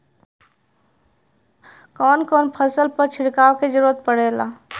कवन कवन फसल पर छिड़काव के जरूरत पड़ेला?